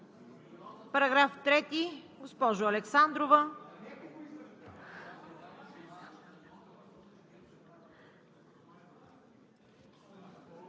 Параграф 3, госпожо Александрова.